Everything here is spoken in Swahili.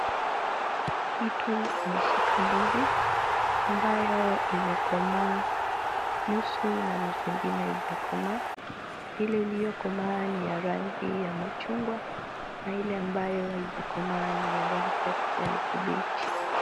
Mtu ameshika ndizi ambayo imekomaa nusu na nusu ingine haijakomaa. Ile iliyo komaa ni ya rangi ya machungwa na ile haijakomaa ni ya rangi ya kijani kibichi.